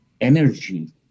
energy